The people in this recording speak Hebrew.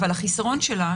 אבל החיסרון שלה,